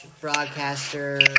broadcaster